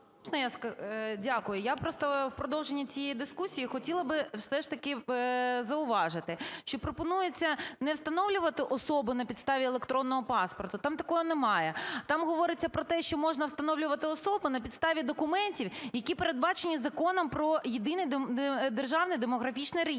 Дякую. Я просто в продовження цієї дискусії хотіла би все ж таки зауважити, що пропонується не встановлювати особу на підставі електронного паспорту, там такого немає. Там говориться про те, що можна встановлювати особу на підставі документів, які передбачені Законом про Єдиний державний демографічний реєстр.